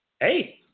Hey